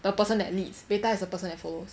the person that leads beta is the person that follows